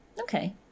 Okay